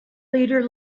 leader